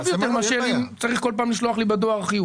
יותר מאשר אם צריך בכל פעם לשלוח לי בדואר חיוב.